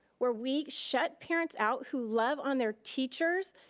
where we shut parents out, who love on their teachers,